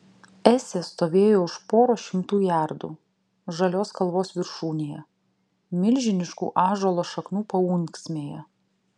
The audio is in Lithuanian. esė stovėjo už poros šimtų jardų žalios kalvos viršūnėje milžiniškų ąžuolo šakų paunksnėje